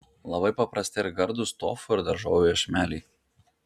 labai paprasti ir gardūs tofu ir daržovių iešmeliai